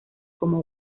como